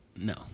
No